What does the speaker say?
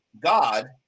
god